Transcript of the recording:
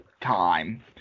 time